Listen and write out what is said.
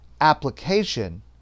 application